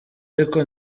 ariko